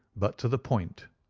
but to the point